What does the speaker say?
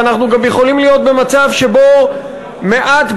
ואנחנו גם יכולים להיות במצב שבו מעט,